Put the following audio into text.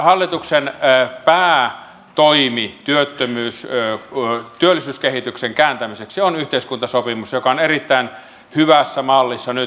hallituksen päätoimi työllisyyskehityksen kääntämiseksi on yhteiskuntasopimus joka on erittäin hyvässä mallissa nyt